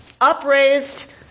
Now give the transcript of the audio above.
upraised